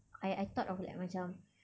I I thought of like macam